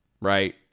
right